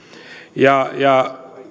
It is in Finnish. ja ja